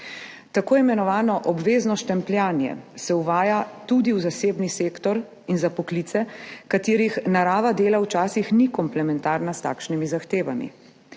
Tako imenovano obvezno štempljanje se uvaja tudi v zasebni sektor in za poklice, katerih narava dela včasih ni komplementarna s takšnimi zahtevami,